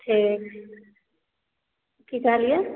ठीक की कहलियै